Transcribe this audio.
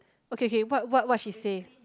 okay okay what what what she say